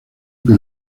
que